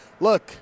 Look